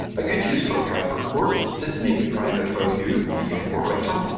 a good use for a private report is to make it private while you, the report writer,